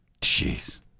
Jeez